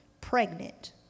pregnant